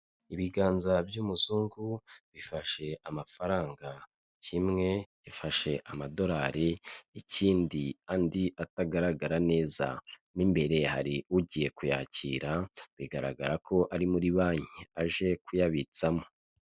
Ibiganza by'umuzungu bifashe amafaranga. Kimwe gifashe amadorari, ikindi andi atagaragara neza, n'imbere hari ugiye kuyakira, bigaragara ko ari muri banki aje kuyabitsamo.